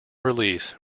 release